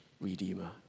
Redeemer